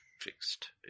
fixed